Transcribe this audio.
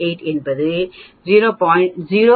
0228 என்பது 0